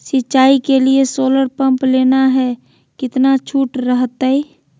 सिंचाई के लिए सोलर पंप लेना है कितना छुट रहतैय?